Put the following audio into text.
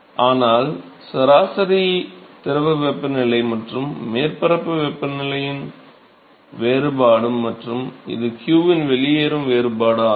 ஆனால் சராசரி திரவ வெப்பநிலை மற்றும் மேற்பரப்பு வெப்பநிலையின் வெப்பநிலை வேறுபாடு மற்றும் இது q இன் வெளியேறும் வேறுபாடு ஆகும்